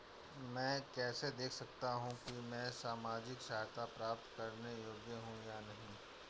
मैं कैसे देख सकता हूं कि मैं सामाजिक सहायता प्राप्त करने योग्य हूं या नहीं?